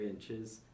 inches